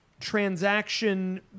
Transaction